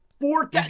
Four